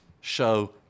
show